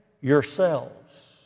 yourselves